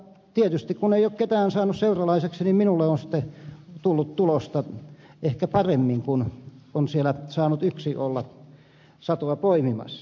tietysti kun en ole ketään saanut seuralaisekseni minulle on sitten tullut tulosta ehkä paremmin kun olen siellä saanut yksin olla satoa poimimassa